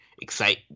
excite